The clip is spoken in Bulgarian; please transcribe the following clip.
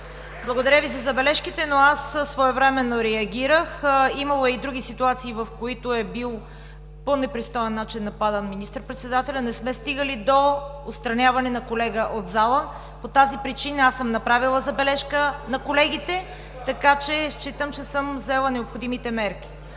Благодаря Ви за забележките, но аз своевременно реагирах. Имало е и други ситуации, в които е бил по непристоен начин нападан министър-председателят. Не сме стигали до отстраняване на колега от зала. По тази причина аз съм направила забележка на колегите. Така че считам, че съм взела необходимите мерки.